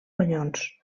ronyons